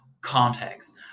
context